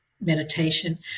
meditation